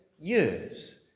years